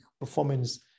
performance